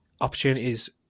opportunities